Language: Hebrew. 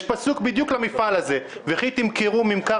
יש פסוק שנוגע בדיוק למפעל הזה: "וכי תמכרו מִמְכַר